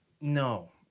No